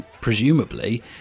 presumably